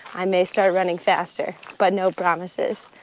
i may start running faster. but no promises.